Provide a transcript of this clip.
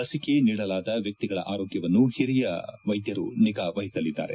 ಲಸಿಕೆ ನೀಡಲಾದ ವ್ವಕ್ತಿಗಳ ಆರೋಗ್ಯವನ್ನು ಹಿರಿಯ ವೈದ್ಯರು ನಿಗಾ ವಹಿಸಲಿದ್ದಾರೆ